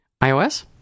iOS